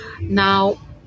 Now